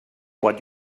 what